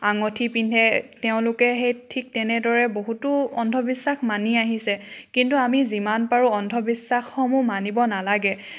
আঙুঠি পিন্ধে তেওঁলোকে সেই ঠিক তেনেদৰে বহুতো অন্ধবিশ্বাস মানি আহিছে কিন্তু আমি যিমান পাৰো অন্ধবিশ্বাসসমূহ মানিব নালাগে